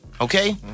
Okay